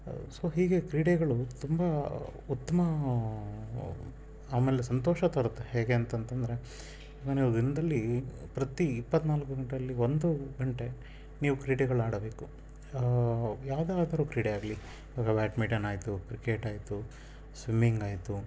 so ಹೀಗೆ ಕ್ರೀಡೆಗಳು ತುಂಬ ಉತ್ತಮ ಆಮೇಲೆ ಸಂತೋಷ ತರುತ್ತೆ ಹೇಗೆ ಅಂತ ಅಂತಂದರೆ ನಾನು ಇವಾಗ ದಿನದಲ್ಲಿ ಪ್ರತಿ ಇಪ್ಪತ್ನಾಲ್ಕು ಗಂಟೆಯಲ್ಲಿ ಒಂದು ಗಂಟೆ ನೀವು ಕ್ರೀಡೆಗಳು ಆಡಬೇಕು ಯಾವ್ದಾದ್ರೂ ಕ್ರೀಡೆ ಆಗಲಿ ಇವಾಗ ಬ್ಯಾಟ್ಮಿಟನ್ ಆಯಿತು ಕ್ರಿಕೆಟ್ ಆಯಿತು ಸ್ವಿಮ್ಮಿಂಗ್ ಆಯಿತು